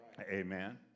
Amen